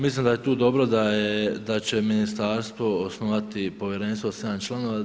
Mislim da je tu dobro da će ministarstvo osnovati povjerenstvo od 7 članova.